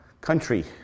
country